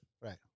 Right